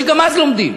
שגם אז לומדים.